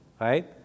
right